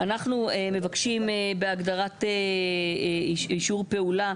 אנחנו מבקשים בהגדרת אישור פעולה,